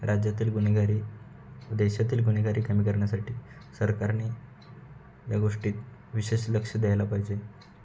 राज्यातील गुन्हेगारी देशातील गुन्हेगारी कमी करण्यासाठी सरकारने या गोष्टीत विशेष लक्ष द्यायला पाहिजे